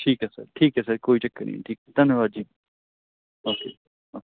ਠੀਕ ਹੈ ਸਰ ਠੀਕ ਹੈ ਸਰ ਕੋਈ ਚੱਕਰ ਨਹੀਂ ਠੀਕ ਧੰਨਵਾਦ ਜੀ ਓਕੇ ਓ